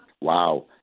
Wow